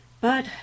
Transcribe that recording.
But